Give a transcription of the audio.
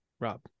Rob